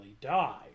die